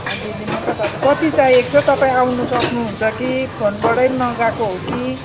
अलिअलि मतलब अब कति चाहिएको छ तपाईँ आउनु सक्नुहुन्छ कि फोनबाटै मँगाएको हो कि